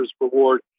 reward